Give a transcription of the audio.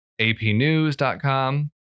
APNews.com